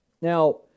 Now